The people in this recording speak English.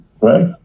right